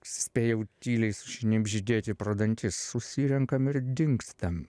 spėjau tyliai sušnibždėti pro dantis susirenkam ir dingstam